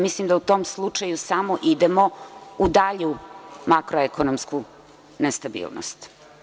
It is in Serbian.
Mislim da u tom slučaju idemo u dalju makroekonomsku nestabilnost.